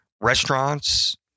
Restaurants